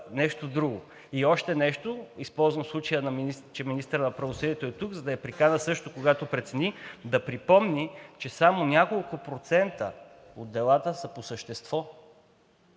е изтекло.) Още нещо – използвам случая, че министърът на правосъдието е тук, за да я приканя, когато прецени, да припомни, че само няколко процента от делата са по същество.